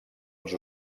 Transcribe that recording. els